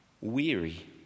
Weary